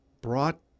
brought